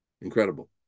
Incredible